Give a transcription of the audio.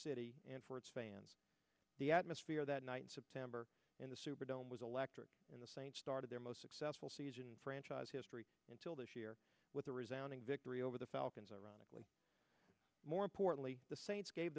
city and for its fans the atmosphere that night september in the superdome was electric in the same start of their most successful season in franchise history until this year with the resigning victory over the falcons ironically more importantly the saints gave